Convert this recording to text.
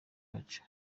bacu